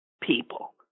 people